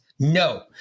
No